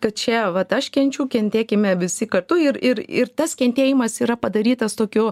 kad čia vat aš kenčiu kentėkime visi kartu ir ir ir tas kentėjimas yra padarytas tokiu